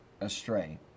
astray